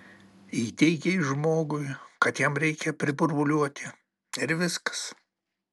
įteigei žmogui kad jam reikia priburbuliuoti ir viskas